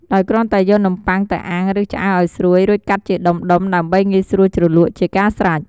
ដោយគ្រាន់តែយកនំបុ័ងទៅអាំង ឬឆ្អើរឱ្យស្រួយ រួចកាត់ជាដុំៗ ដើម្បីងាយស្រួយជ្រលក់ ជាការស្រេច។